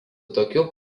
tokiu